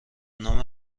نام